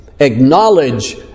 acknowledge